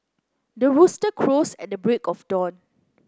the rooster crows at the break of dawn